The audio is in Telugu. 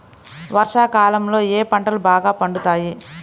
వర్షాకాలంలో ఏ పంటలు బాగా పండుతాయి?